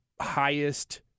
highest